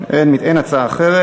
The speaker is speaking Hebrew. אין הצעה אחרת.